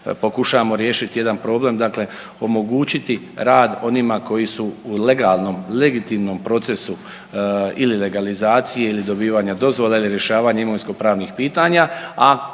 pokušavamo riješiti jedan problem, dakle omogućiti rad onima koji su u legalnom, legitimnom procesu ili legalizacije ili dobivanja dozvola ili rješavanja imovinsko pravnih pitanja,